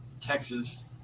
Texas